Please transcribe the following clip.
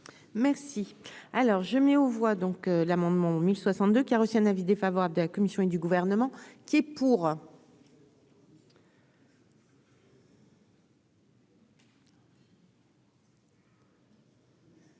Merci, alors je mets aux voix donc l'amendement 1062 qui a reçu un avis défavorable de la Commission et du gouvernement qui est pour.